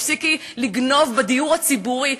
תפסיקי לגנוב בדיור הציבורי,